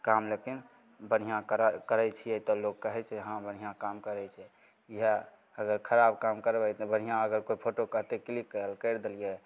काम लेकिन बढ़िआँ करा करै छिए तऽ लोक कहै छै हँ बढ़िआँ काम करै छै इएह अगर खराब काम करबै तऽ बढ़िआँ अगर कोइ फोटो कहतै क्लिक करैले करि देलिए